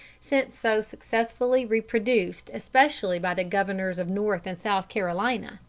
since so successfully reproduced especially by the governors of north and south carolina.